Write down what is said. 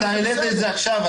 אתה העלית את זה עכשיו.